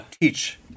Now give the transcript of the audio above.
teach